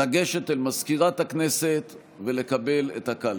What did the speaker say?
לגשת אל מזכירת הכנסת ולקבל את הקלפי.